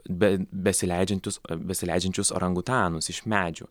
be besileidžiantis besileidžiančius orangutanus iš medžių